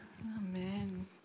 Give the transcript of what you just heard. Amen